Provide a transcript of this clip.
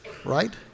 right